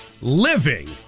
living